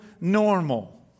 normal